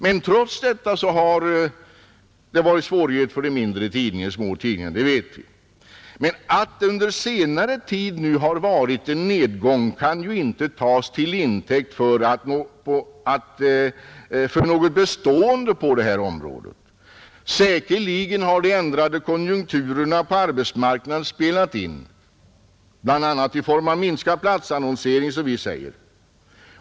Men trots detta har det varit svårigheter för de små tidningarna. Det vet vi. Men att det under senare tid nu har varit en nedgång kan ju inte tas till intäkt för uppfattningen att detta skulle vara något bestående på detta område. Säkerligen har de ändrade konjunkturerna på arbetsmarknaden spelat in, bl.a. i form av minskad platsannonsering, som vi säger.